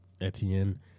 Etienne